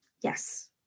Yes